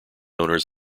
owners